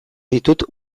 ditut